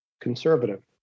conservative